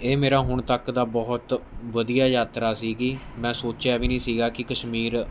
ਇਹ ਮੇਰਾ ਹੁਣ ਤੱਕ ਦਾ ਬਹੁਤ ਵਧੀਆ ਯਾਤਰਾ ਸੀਗੀ ਮੈਂ ਸੋਚਿਆ ਵੀ ਨੀ ਸੀਗਾ ਕੀ ਕਸ਼ਮੀਰ